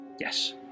Yes